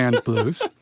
Blues